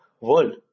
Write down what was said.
world